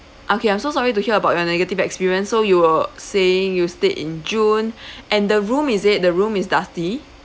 okay I'm so sorry to hear about your negative experience so you were saying you stayed in june and the room is it the room is dusty